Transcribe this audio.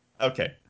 Okay